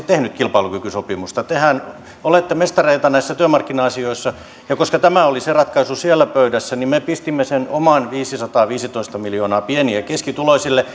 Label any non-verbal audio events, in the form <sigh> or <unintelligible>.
<unintelligible> tehneet kilpailukykysopimusta tehän olette mestareita näissä työmarkkina asioissa koska tämä oli se ratkaisu siellä pöydässä niin me pistimme sen oman viisisataaviisitoista miljoonaa pieni ja keskituloisille <unintelligible>